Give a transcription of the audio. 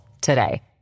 today